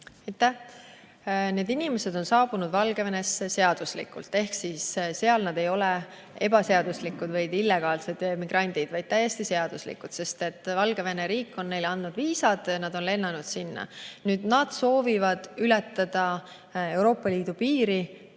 Need inimesed on saabunud Valgevenesse seaduslikult. Seal nad ei ole ebaseaduslikud, illegaalsed migrandid, vaid täiesti seaduslikud, sest Valgevene riik on neile andnud viisad. Nad on sinna lennanud, aga soovivad ületada Euroopa Liidu piiri